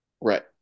Right